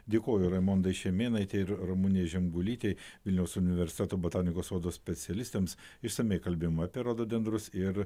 dėkoju raimondai šimėnaitei ir ramunei žemgulytei vilniaus universiteto botanikos sodo specialistėms išsamiai kalbėjom apie rododendrus ir